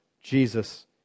Jesus